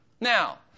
Now